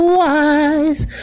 wise